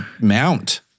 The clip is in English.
mount